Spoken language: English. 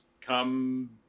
Come